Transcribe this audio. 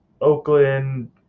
Oakland